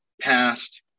past